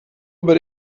über